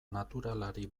naturalari